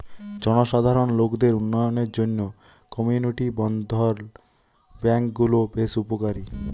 জনসাধারণ লোকদের উন্নয়নের জন্যে কমিউনিটি বর্ধন ব্যাংক গুলো বেশ উপকারী